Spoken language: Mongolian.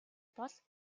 бол